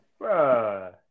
Bruh